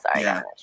sorry